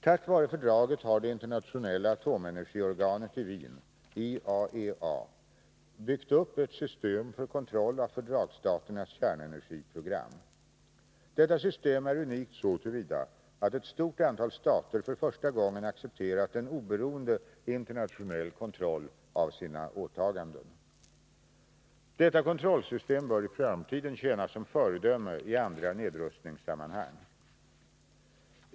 Tack vare fördraget har det internationella atomenergiorganet i Wien — IAEA — byggt upp ett system för kontroll av fördragsstaternas kärnenergiprogram. Detta system är unikt så till vida att ett stort antal stater för första gången accepterat en oberoende internationell kontroll av sina åtaganden. Detta kontrollsystem bör i framtiden tjäna som föredöme i andra nedrustningssammanhang.